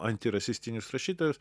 antirasistinius rašytojus